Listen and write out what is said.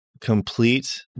complete